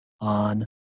on